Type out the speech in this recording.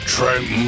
Trent